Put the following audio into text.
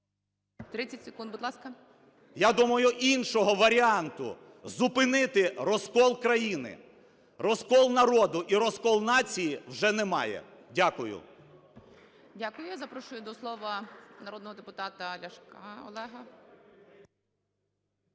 30 секунд, будь ласка. СОБОЛЄВ С.В. Я думаю, іншого варіанту зупинити розкол країни, розкол народу і розкол нації вже немає. Дякую. ГОЛОВУЮЧИЙ. Дякую. Запрошую до слова народного депутата Ляшка Олега.